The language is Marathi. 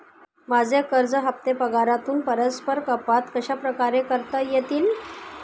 माझे कर्ज हफ्ते पगारातून परस्पर कपात कशाप्रकारे करता येतील?